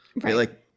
Right